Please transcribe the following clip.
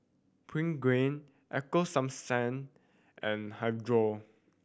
Pregain Ego Sunsense and Hirudoid